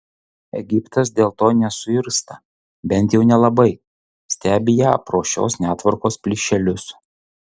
egiptas dėl to nesuirzta bent jau nelabai stebi ją pro šios netvarkos plyšelius